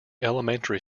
elementary